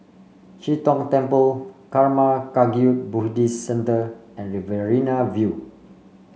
Chee Tong Temple Karma Kagyud Buddhist Centre and Riverina View